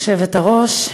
היושבת-ראש,